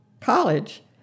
college